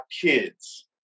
kids